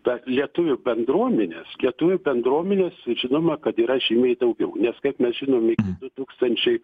ta lietuvių bendruomenės lietuvių bendruomenės žinoma kad yra žymiai daugiau nes kaip mes žinomi du tūkstančiai